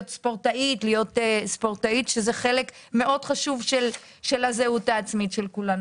להיות ספורטאית שזה חלק מאוד חשוב של הזהות העצמית של כולנו.